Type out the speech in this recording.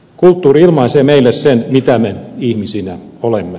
kulttuuri ilmaisee meille sen mitä me ihmisinä olemme